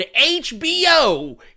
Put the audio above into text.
HBO